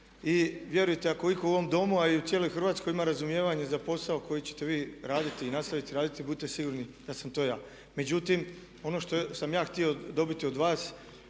I vjerujte ako itko u ovom Domu a i u cijeloj Hrvatskoj ima razumijevanje za posao koji ćete vi raditi i nastaviti raditi budite sigurni da sam to ja. Međutim, ono što sam ja htio dobiti od vas